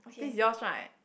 this is your's one